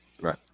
Right